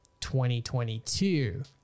2022